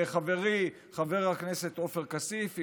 חברי חבר הכנסת עופר כסיף,